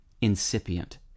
incipient